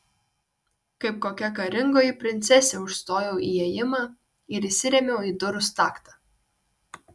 kaip kokia karingoji princesė užstojau įėjimą ir įsirėmiau į durų staktą